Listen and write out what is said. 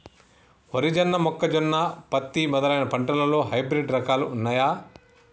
వరి జొన్న మొక్కజొన్న పత్తి మొదలైన పంటలలో హైబ్రిడ్ రకాలు ఉన్నయా?